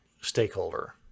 stakeholder